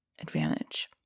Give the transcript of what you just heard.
advantage